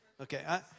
Okay